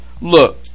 Look